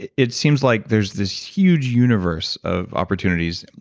it it seems like there's this huge universe of opportunities,